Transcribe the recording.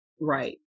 Right